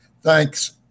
Thanks